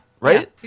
Right